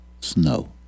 snow